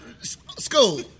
School